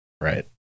right